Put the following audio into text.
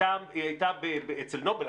הייתה קיימת היא הייתה אצל נובל,